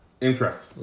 Incorrect